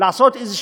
לעשות איזו